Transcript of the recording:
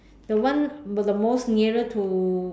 the one but the most nearer to